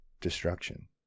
destruction